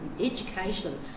education